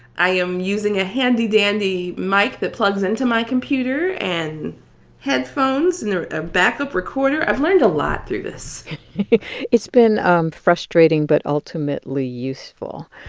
i am using a handy dandy mic that plugs into my computer and headphones and a backup recorder. i've learned a lot through this it's been um frustrating but ultimately useful.